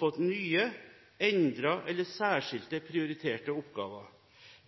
fått nye, endrede eller særskilt prioriterte oppgaver.